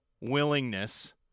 willingness